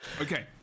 Okay